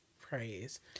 praise